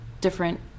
different